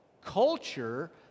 culture